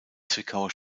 zwickauer